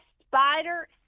spider